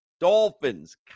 dolphins